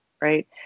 Right